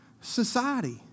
society